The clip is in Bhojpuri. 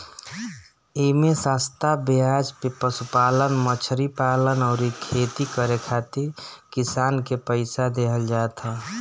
एमे सस्ता बेआज पे पशुपालन, मछरी पालन अउरी खेती करे खातिर किसान के पईसा देहल जात ह